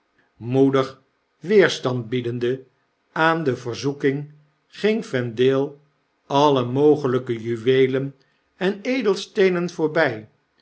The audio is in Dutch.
moedig weerstand biedende aan de verzoeking ging vendale alle mogelpe juweelen enedelgesteentenvoorbg en